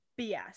bs